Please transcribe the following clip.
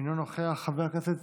אינו נוכח, חבר הכנסת